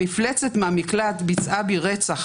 המפלצת מהמקלט ביצעה בי רצח.